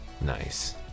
Nice